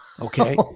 Okay